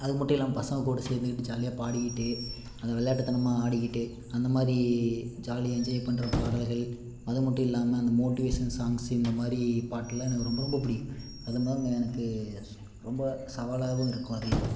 அது மட்டும் இல்லாமல் பசங்க கூட சேர்ந்துக்கிட்டு ஜாலியாக பாடிக்கிட்டு அந்த விளாட்டு தனமாக ஆடிக்கிட்டு அந்தமாதிரி ஜாலியாக என்ஜாய் பண்ணுற பாடல்கள் அது மட்டும் இல்லாமல் அந்த மோட்டிவேஷன் சாங்க்ஸ் இந்தமாதிரி பாட்டுலாம் எனக்கு ரொம்ப ரொம்ப பிடிக்கும் அதுமாதிரி எனக்கு ரொம்ப சவாலாகவும் இருக்கும் அதே நேரம்